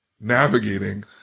navigating